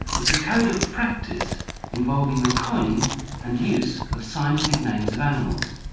it's a code of practice involving the coining and use of scientific names of animals.